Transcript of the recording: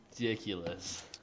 ridiculous